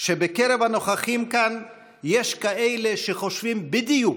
שבקרב הנוכחים כאן יש כאלה שחושבים בדיוק,